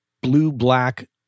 blue-black